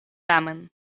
tamen